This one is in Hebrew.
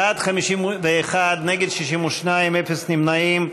בעד, 51, נגד, 62, אפס נמנעים.